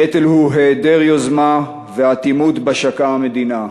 הנטל הוא היעדר יוזמה והאטימות שבה שקעה המדינה.